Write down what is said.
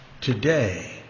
today